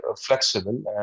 flexible